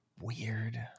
weird